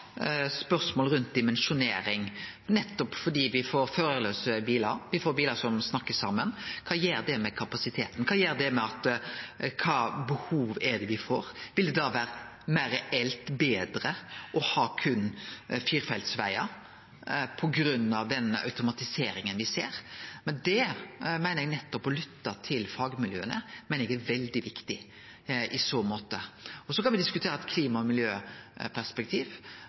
spørsmål rundt dimensjonering, nettopp fordi me får førarlause bilar, me får bilar som snakkar saman. Kva gjer det med kapasiteten? Kva gjer det med kva behov me får? Vil det da vere reelt sett betre å ha berre firefeltsvegar på grunn av den automatiseringa me ser? Eg meiner at det å lytte til fagmiljøa er veldig viktig i så måte. Så kan me diskutere i eit klima- og miljøperspektiv,